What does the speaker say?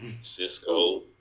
Cisco